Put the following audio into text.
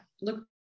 Look